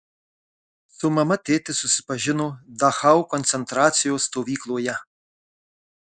su mama tėtis susipažino dachau koncentracijos stovykloje